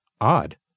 Odd